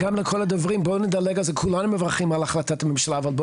כולנו מברכים על החלטת ממשלה.